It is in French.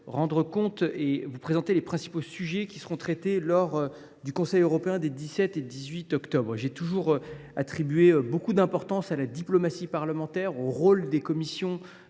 Sénat, afin de vous présenter les principaux sujets qui seront traités lors du Conseil européen des 17 et 18 octobre prochains. J’ai toujours attribué beaucoup d’importance à la diplomatie parlementaire et au rôle des commissions